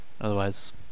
Otherwise